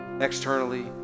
externally